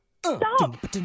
Stop